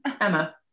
Emma